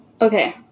Okay